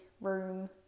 room